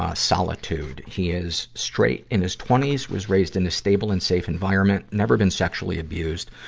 ah solitude. he is straight, in his twenty s, was raised in a stable and safe environment, never been sexually abused.